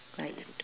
bye